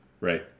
Right